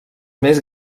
més